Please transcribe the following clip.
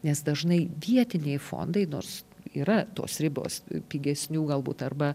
nes dažnai vietiniai fondai nors yra tos ribos pigesnių galbūt arba